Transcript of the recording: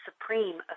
supreme